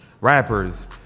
rappers